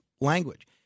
language